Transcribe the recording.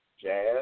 jazz